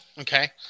okay